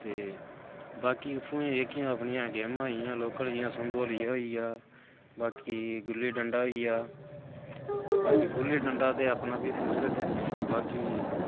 ते बाकी उत्थुआं दियां जेह्कियां अपनियां गेमां होई गेइयां लोकल जि'यां संतोलिया होई गेआ बाकी गुल्ली डंडा होई गेआ बाकी गुल्ला डंडा ते अपना बी फैवरट ऐ ते बाकी